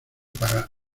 pagana